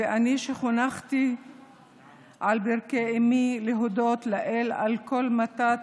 ואני, שחונכתי על ברכי אימי להודות לאל על כל מתת,